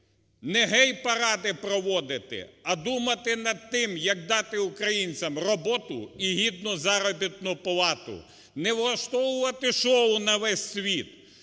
Не гей-паради проводити, а думати над тим, як дати українцям роботу і гідну заробітну плату, не влаштовувати шоу на весь світ,